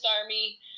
army